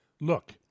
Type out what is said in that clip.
Look